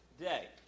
day